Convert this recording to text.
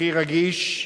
הכי רגיש,